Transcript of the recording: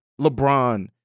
LeBron